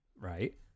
right